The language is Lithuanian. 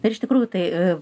ir iš tikrųjų tai